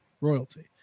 Royalty